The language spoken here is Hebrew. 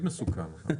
כזה?